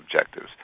objectives